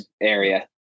area